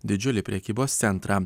didžiulį prekybos centrą